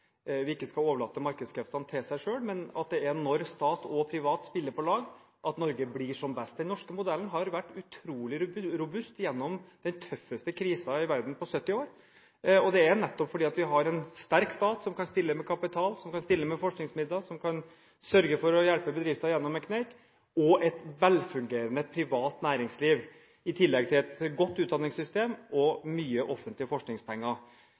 vi ikke skal overlate markedskreftene til seg selv, men at det er når stat og privat spiller på lag, Norge blir som best. Den norske modellen har vært utrolig robust gjennom den tøffeste krisen i verden på 70 år, og det er nettopp fordi vi har en sterk stat som kan stille med kapital, som kan stille med forskningsmidler, som sørger for å hjelpe bedrifter gjennom en kneik, og et velfungerende privat næringsliv. I tillegg har vi et godt utdanningssystem og mye offentlige forskningspenger.